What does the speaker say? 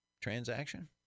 transaction